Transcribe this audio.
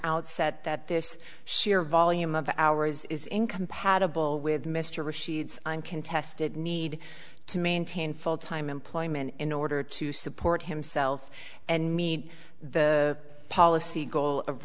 outset that this sheer volume of ours is incompatible with mr rashid's uncontested need to maintain full time employment in order to support himself and need the policy goal of